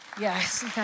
Yes